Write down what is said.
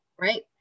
right